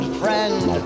friend